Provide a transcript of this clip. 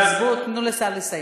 תנו לשר לסיים.